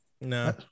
No